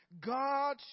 God